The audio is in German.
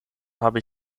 habe